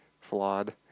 flawed